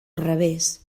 revés